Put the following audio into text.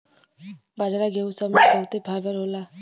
बाजरा गेहूं सब मे बहुते फाइबर होला